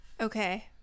Okay